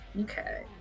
Okay